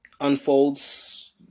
unfolds